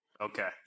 okay